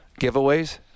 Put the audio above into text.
giveaways